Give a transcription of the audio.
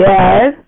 Yes